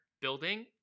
building